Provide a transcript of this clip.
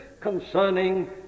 concerning